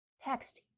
text